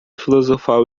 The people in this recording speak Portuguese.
filosofal